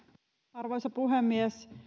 arvoisa puhemies